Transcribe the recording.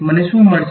મને શું મળશે